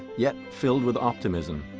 yet filled with optimism.